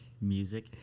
music